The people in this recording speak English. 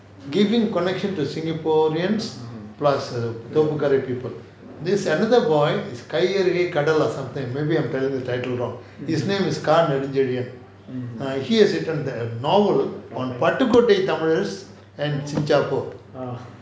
giving connection to singaporeans plus தோப்பு காரி:thopu kaari people this another boy is காய் அருகவே கடல்:kai arugavae kadal or something I'm telling you the title wrong his name is Ka nedunchezhian he has written a novel on Pattukkottai தமிழன்ஸ்:paatu kottai tamilans and சீனிச்சப்பூர்:chinichappoor